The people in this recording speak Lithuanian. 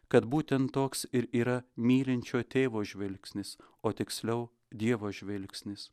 kad būtent toks ir yra mylinčio tėvo žvilgsnis o tiksliau dievo žvilgsnis